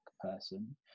person